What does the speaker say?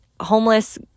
homeless